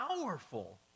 powerful